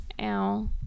Ow